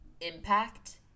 impact